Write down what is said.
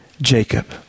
Jacob